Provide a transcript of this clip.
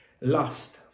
lust